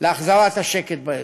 להחזרת השקט באזור.